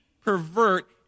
pervert